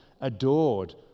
adored